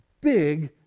big